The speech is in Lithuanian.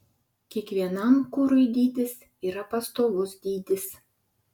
kiekvienam kurui dydis yra pastovus dydis